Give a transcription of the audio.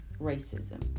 racism